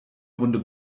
runde